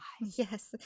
Yes